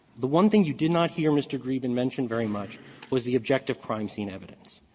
the one thing you did not hear mr. dreeben mention very much was the objective crime scene evidence.